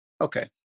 okay